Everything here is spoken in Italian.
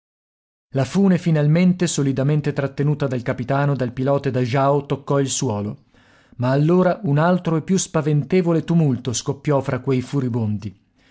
la fune finalmente solidamente trattenuta dal capitano dal pilota e da jao toccò il suolo ma allora un altro e più spaventevole tumulto scoppiò fra quei furibondi